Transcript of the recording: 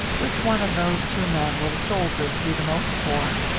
which one of those two men will the soldiers do the most for?